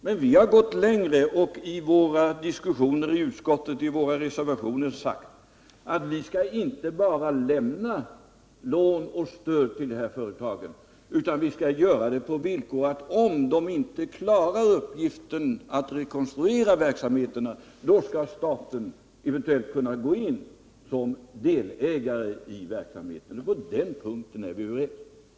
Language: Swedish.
Vi har emellertid gått längre när vi i våra diskussioner i utskottet och i våra reservationer sagt att staten inte bara skall nöja sig med att ge lån eller stöd till dessa företag, utan att man skall gå in som delägare i verksamheten om företagen inte själva kan klara den. På den punkten är vi överens.